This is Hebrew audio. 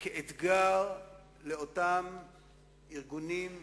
כאתגר לאותם ארגונים,